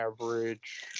average